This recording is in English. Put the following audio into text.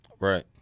right